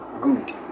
Good